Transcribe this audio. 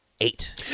Eight